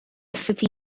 city